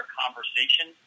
conversation